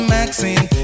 Maxine